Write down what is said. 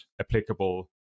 applicable